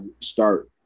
start